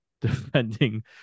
defending